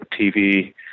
TV